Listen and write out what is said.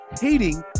hating